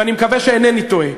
ואני מקווה שאינני טועה,